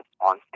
on